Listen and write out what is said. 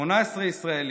18 ישראלים.